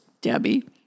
Debbie